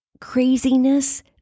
craziness